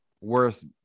worth